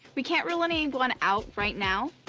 we can't rule anyone out right now,